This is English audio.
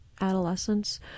adolescence